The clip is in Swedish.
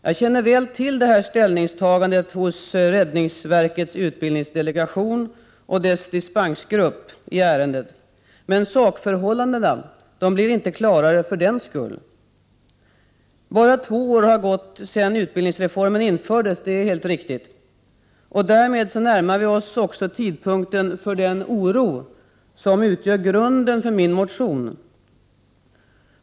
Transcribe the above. Jag känner väl till det ställningstagande som SRV:s utbildningsdelegation och dess dispensgrupp har bestämt sig för i detta ärende, men sakförhållandena blir inte klarare för den skull. Bara två år har gått sedan utbildningsreformen genomfördes — det är helt riktigt. Därmed närmar vi oss också tidpunkten för den oro som utgör grunden för min motion.